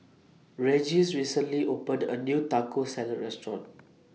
Regis recently opened A New Taco Salad Restaurant